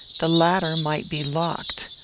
the latter might be locked.